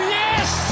yes